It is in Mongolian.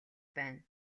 байна